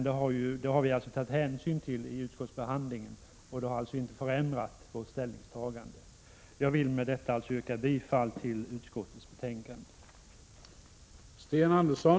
Detta har vi tagit hänsyn till vid utskottsbehandlingen, men det har alltså inte förändrat vårt ställningstagande. Med detta vill jag yrka bifall till utskottets hemställan.